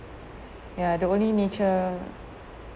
ya the only nature